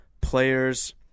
players